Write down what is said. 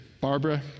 Barbara